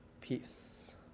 Peace